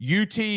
UT